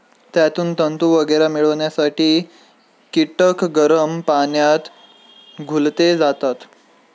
त्यातून तंतू वगैरे मिळवण्यासाठी कीटक गरम पाण्यात धुतले जातात